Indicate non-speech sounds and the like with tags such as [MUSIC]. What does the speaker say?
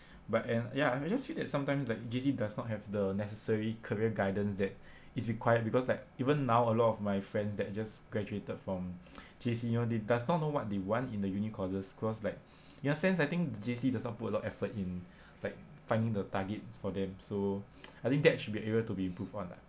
but and ya and I just feel that sometimes like J_C does not have the necessary career guidance that is required because like even now a lot of my friends that just graduated from [NOISE] J_C you know they does not know what they want in the uni courses cause like in a sense I think J_C does not put a lot of effort in like finding the target for them so [NOISE] I think that should be an area to be improved on lah